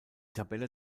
tabelle